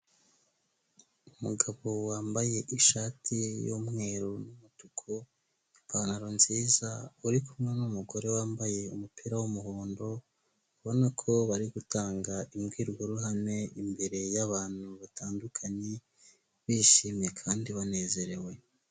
Umugabo wambaye ishati y'umweru n'umutuku, ipantaro nziza, uri kumwe n'umugore wambaye umupira w'umuhondo, ubona ko bari gutanga imbwirwaruhame imbere y'abantu batandukanye, bishimye kandi banezerewe.